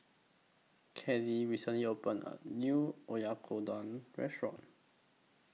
Kellee recently opened A New Oyakodon Restaurant